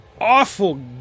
awful